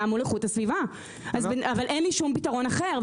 מול איכות הסביבה אבל אין לי פתרון אחר,